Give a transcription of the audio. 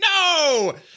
no